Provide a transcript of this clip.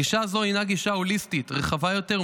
גישה זו הינה גישה הוליסטית רחבה יותר,